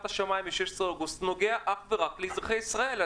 השמיים ב-16 אוגוסט נוגעת אך ורק לאזרחי ישראל.